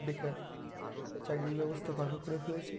বেকার চাকরির ব্যবস্থা পাকা করে ফেলেছে